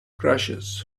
crashes